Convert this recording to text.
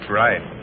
right